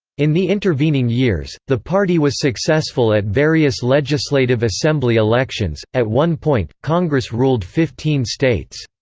in the intervening years, the party was successful at various legislative assembly elections at one point, congress ruled fifteen states.